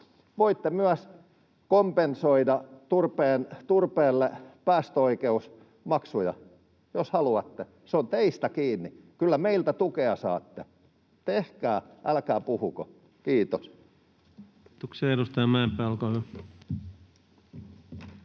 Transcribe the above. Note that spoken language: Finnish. Voitte myös kompensoida turpeelle päästöoikeusmaksuja, jos haluatte. Se on teistä kiinni. Kyllä meiltä tukea saatte. Tehkää, älkää puhuko. — Kiitos.